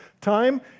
time